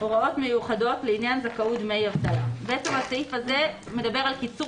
"הוראות מיוחדות לעניין זכאות לדמי אבטלה" הסעיף הזה מדבר על קיצור